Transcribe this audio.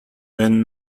when